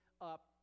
up